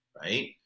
right